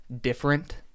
different